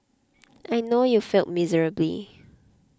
I know you failed miserably